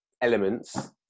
elements